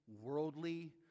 worldly